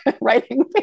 writing